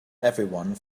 everyone